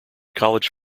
college